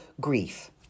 grief